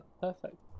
perfect